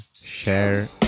share